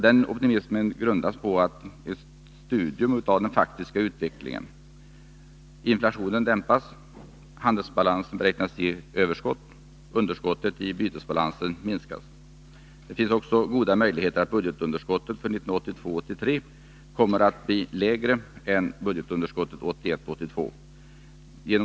Den optimismen grundas på ett studium av den faktiska utvecklingen. Inflationen dämpas. Handelsbalansen beräknas ge överskott, och underskottet i bytesbalansen minskas. Det finns också goda möjligheter att budgetunderskottet för 1982 82.